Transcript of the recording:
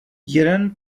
jeden